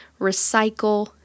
recycle